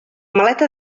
maleta